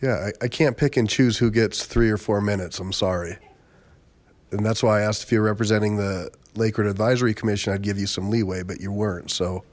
yeah i can't pick and choose who gets three or four minutes i'm sorry then that's why i asked if you're representing the lake road advisory commission i'd give you some leeway but you weren't so